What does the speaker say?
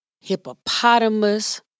Hippopotamus